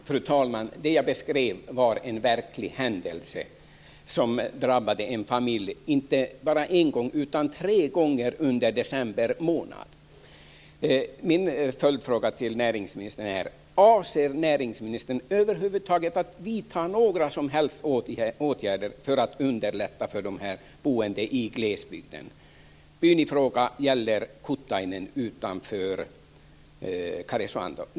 Fru talman! Det som jag beskrev var en verklig händelse, och samma familj drabbades på samma sätt inte bara en gång utan tre gånger under december månad. Min följdfråga till näringministern är: Avser näringsministern att vidta några som helst åtgärder för att underlätta förhållandena för de boende i glesbygden? Min fråga gäller byn Kuttainen utanför Karesuando.